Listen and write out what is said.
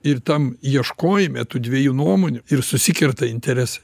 ir tam ieškojome tų dviejų nuomonių ir susikerta interesai